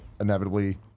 inevitably